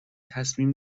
تصمیم